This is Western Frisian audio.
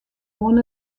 oan